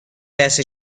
دسته